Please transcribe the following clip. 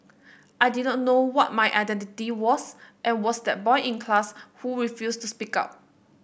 I did not know what my identity was and was that boy in class who refused to speak up